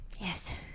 Yes